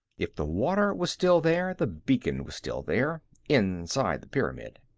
if the water was still there, the beacon was still there inside the pyramid.